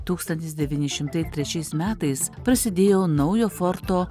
tūkstantis devyni šimtai trečiais metais prasidėjo naujo forto